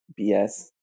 BS